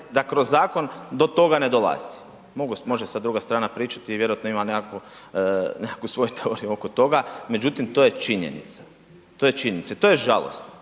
da kroz zakon do toga ne dolazi. Može sad druga strana pričati i vjerojatno ima nekakvu svoju teoriju oko toga, međutim to je činjenica. To je činjenica, to je žalosno.